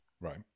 right